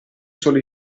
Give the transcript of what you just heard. solo